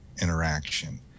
interaction